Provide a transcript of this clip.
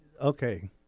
okay